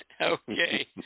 Okay